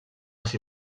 les